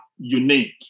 unique